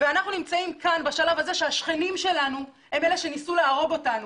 ואנחנו נמצאים כאן בשלב הזה שהשכנים שלנו הם אלה שניסו להרוג אותנו.